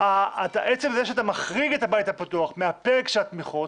עצם זה שאתה מחריג את הבית הפתוח מהפלג של התמיכות